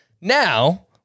Now